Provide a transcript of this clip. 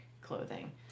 clothing